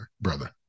brother